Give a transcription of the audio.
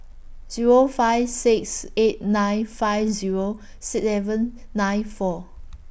Zero five six eight nine five Zero seven nine four